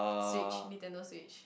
switch Nintendo-Switch